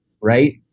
right